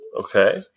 Okay